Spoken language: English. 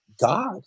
God